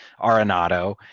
Arenado